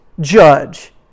judge